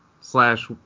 slash